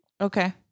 Okay